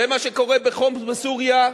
זה מה שקורה בחומס בסוריה,